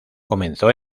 comenzó